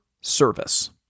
service